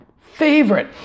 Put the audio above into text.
favorite